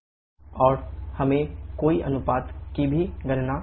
और हमें कार्य अनुपात की भी गणना करनी होगी